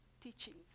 teachings